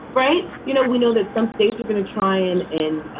right. you know, we know that some states are going to try in in,